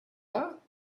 are